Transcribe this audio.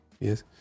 Yes